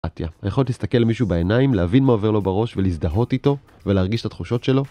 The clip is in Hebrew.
אתה יכול להסתכל למישהו בעיניים, להבין מה עובר לו בראש ולהזדהות איתו ולהרגיש את התחושות שלו?